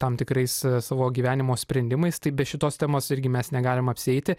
tam tikrais savo gyvenimo sprendimais tai be šitos temos irgi mes negalim apsieiti